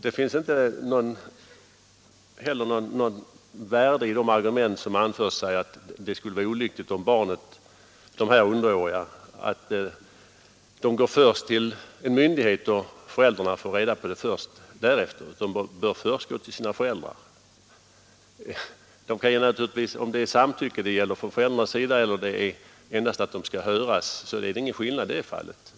Det finns inte heller något värde i det anförda argumentet att det skulle vara olyckligt om dessa underåriga först går till en myndighet och föräldrarna får reda på saken därefter — de bör först gå till sina föräldrar. Om det är samtycke från föräldrarnas sida det gäller eller endast att föräldrarna skall höras, så är det ingen skillnad i detta fall.